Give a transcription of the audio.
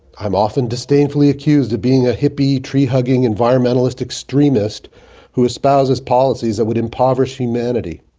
i am often disdainfully accused of being a hippie-tree-hugging-environmentalist-extremist who espouses policies that would impoverish humanity.